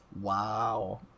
Wow